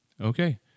Okay